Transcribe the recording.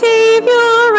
Savior